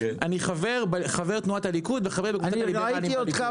אני חבר תנועת הליכוד וחבר --- אני ראיתי אותך,